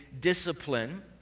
discipline